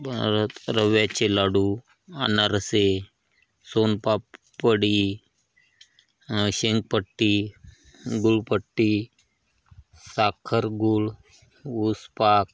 रव्याचे लाडू अनारसे सोनपापडी शेंगपट्टी गुळपट्टी साखर गुळ ऊसपाक